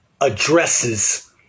addresses